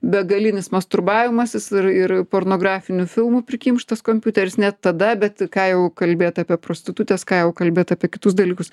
begalinis masturbavimasis ir ir pornografinių filmų prikimštas kompiuteris net tada bet ką jau kalbėt apie prostitutes ką jau kalbėt apie kitus dalykus